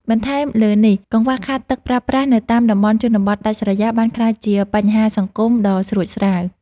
បន្ថែមលើនេះ កង្វះខាតទឹកប្រើប្រាស់នៅតាមតំបន់ជនបទដាច់ស្រយាលបានក្លាយជាបញ្ហាសង្គមដ៏ស្រួចស្រាវ។